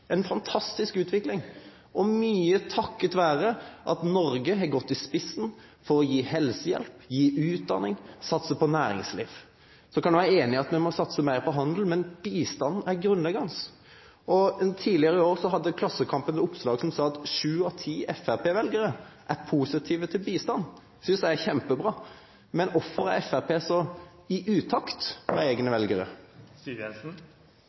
en fantastisk utvikling, mye takket være at Norge har gått i spissen for å gi helsehjelp, gi utdanning, satse på næringsliv. Så kan vi være enige om at vi må satse mer på handel, men bistanden er grunnleggende. Tidligere i år hadde Klassekampen et oppslag om at sju av ti fremskrittspartivelgere er positive til bistand. Det synes jeg er kjempebra. Men hvorfor er Fremskrittspartiet så i utakt med egne